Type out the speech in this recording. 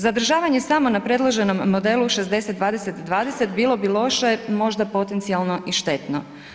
Zadržavanje samo na predloženom modelu 60-20-20 bilo bi loše, možda potencijalno i štetno.